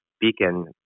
beacon